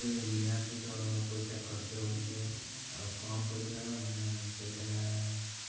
ନିହାତି ତ ପଇସା ଖର୍ଚ୍ଚ ହେଉଛି ଆଉ କ'ଣ କରିବା ମାନେ ସେଇଟା